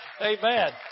Amen